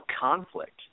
conflict